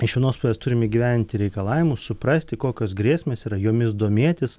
iš vienos pusės turime įgyvendinti reikalavimus suprasti kokios grėsmės yra jomis domėtis